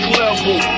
level